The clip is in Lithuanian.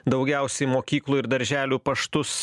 daugiausiai mokyklų ir darželių paštus